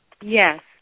Yes